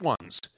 ones